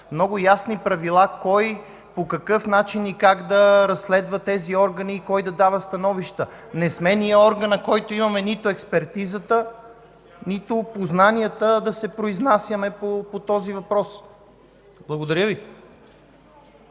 много ясни правила кой, по какъв начин и как да разследва тези органи и кой да дава становища. Не сме ние органът – нито имаме експертизата, нито познанията, за да се произнасяме по този въпрос. Благодаря Ви.